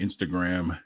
Instagram